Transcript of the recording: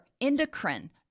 endocrine